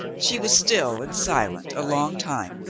she was still and silent a long time,